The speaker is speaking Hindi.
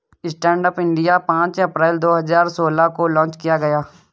स्टैंडअप इंडिया पांच अप्रैल दो हजार सोलह को लॉन्च किया गया